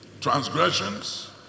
transgressions